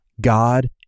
God